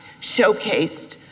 showcased